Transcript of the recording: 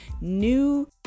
new